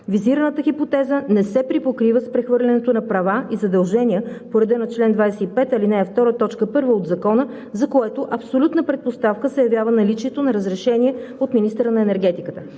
Визираната хипотеза не се припокрива с прехвърлянето на права и задължения по реда на чл. 25, ал. 2, т. 1 от Закона, за което абсолютна предпоставка се явява наличието на разрешение от министъра на енергетиката.